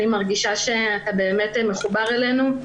אני מרגישה אתה באמת מחובר אלינו,